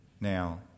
Now